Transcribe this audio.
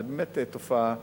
זה באמת תופעה מעניינת.